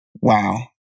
Wow